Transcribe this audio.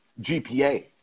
GPA